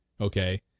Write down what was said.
Okay